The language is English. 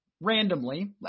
randomly